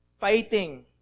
Fighting